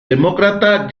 demócrata